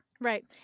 Right